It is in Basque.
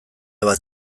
bat